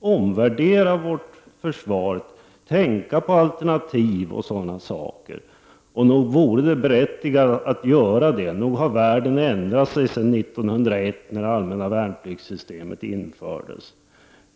omvärdera vårt försvar, tänka på alternativ osv. Nog vore det berättigat att göra det, nog har världen ändrat sig sedan 1901 när det allmänna värnpliktssystemet infördes.